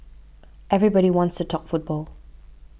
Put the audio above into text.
everybody wants to talk football